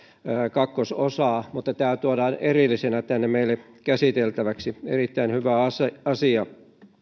kakkososaa mutta tämä tuodaan erillisenä tänne meille käsiteltäväksi erittäin hyvä asia